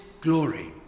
glory